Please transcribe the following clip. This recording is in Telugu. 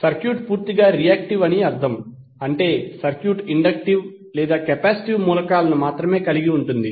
సర్క్యూట్ పూర్తిగా రియాక్టివ్ అని అర్థం అంటే సర్క్యూట్ ఇండక్టివ్ లేదా కెపాసిటివ్ మూలకాలను మాత్రమే కలిగి ఉంటుంది